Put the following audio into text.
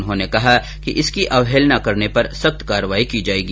उन्होंने कहा कि इनकी अवहेलना करने पर सख्त कार्यवाही की जायेगी